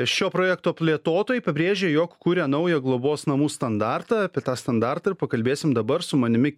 šio projekto plėtotojai pabrėžia jog kuria naują globos namų standartą apie tą standartą ir pakalbėsim dabar su manimi